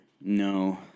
No